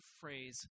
phrase